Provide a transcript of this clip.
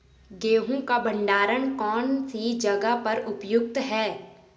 गेहूँ का भंडारण कौन सी जगह पर उपयुक्त है?